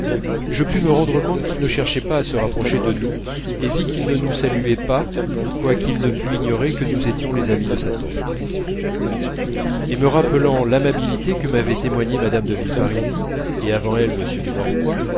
je pus me rendre compte qu'il ne cherchait pas à se rapprocher de nous et vis qu'il ne nous saluait pas quoiqu'il ne pût ignorer que nous étions les amis de sa tante et me rappelant l'amabilité que m'avaient témoignée mme de villeparisis et avant elle m de